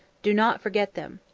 do not forget them.